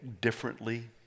differently